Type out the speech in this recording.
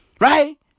Right